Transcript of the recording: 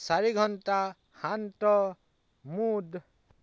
চাৰি ঘণ্টা শান্ত মুড